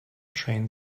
train